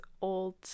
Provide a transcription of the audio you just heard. old